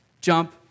jump